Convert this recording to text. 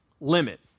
limit